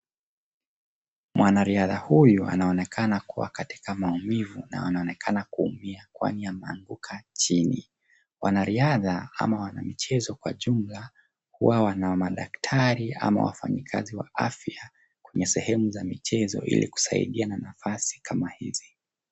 Mwanariadha huyu anaonekana kuwa katika maumivu na anaonekana kuumia kwani ameanguka chini. Wanariadha ama wanamichezo kwa jumla huwa wana madaktari ama wafanyikazi wa afya kwenye sehemu za michezo ili kusaidia na nafasi kama hizi.